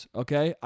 okay